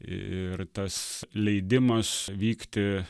ir tas leidimas vykti